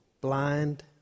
blind